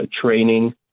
training